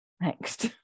Next